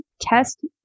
Test